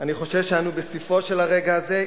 אני חושש שאנו בספו של הרגע הזה,